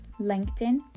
LinkedIn